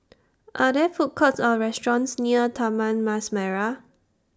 Are There Food Courts Or restaurants near Taman Mas Merah